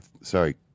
Sorry